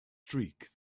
streak